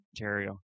Ontario